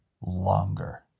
longer